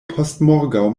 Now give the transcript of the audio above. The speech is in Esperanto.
postmorgaŭ